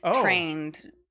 trained